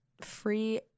free